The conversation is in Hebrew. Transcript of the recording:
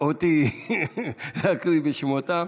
אותי להקריא את שמותיהם,